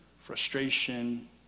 frustration